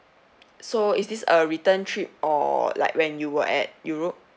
so is this a return trip or like when you were at europe